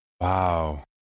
wow